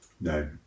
No